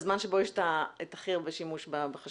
הזמן שבו יש את הכי הרבה שימוש בחשמל.